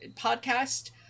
podcast